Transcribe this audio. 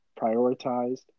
prioritized